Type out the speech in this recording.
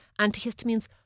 antihistamines